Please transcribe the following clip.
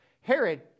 Herod